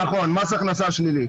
נכון, מס הכנסה שלילי.